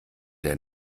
der